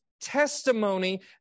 testimony